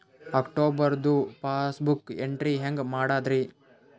ಅಕ್ಟೋಬರ್ದು passbook entry ಹೆಂಗ್ ಮಾಡದ್ರಿ?